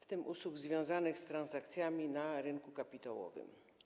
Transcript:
w tym usług związanych z transakcjami na rynku kapitałowym.